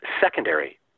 secondary